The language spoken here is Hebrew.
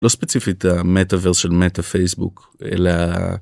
לא ספציפית המטאברס של מטה פייסבוק אלא...